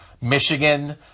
Michigan